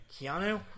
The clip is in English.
Keanu